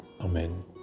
Amen